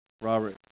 Robert